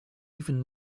even